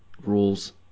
rules